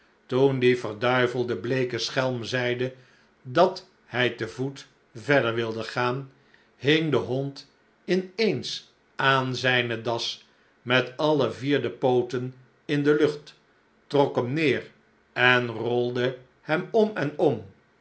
toen die verduivelde bleeke schelm zeide dat hij te voet verder wilde gaan hing de hond in eens aan zijne das met alle vier de pooten in de lucht trok hem neer en rolde hem om en om